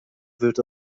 wurdt